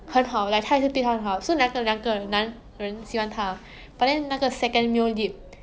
kill like his this second guy kingdom the family so he turn bad eh